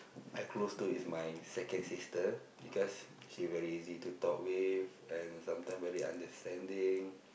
I close to is my second sister because she very easy to talk with and sometime very understanding